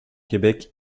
québec